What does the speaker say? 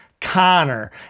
Connor